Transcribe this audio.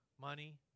money